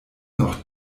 noch